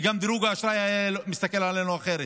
וגם דירוג האשראי היה מסתכל עלינו אחרת,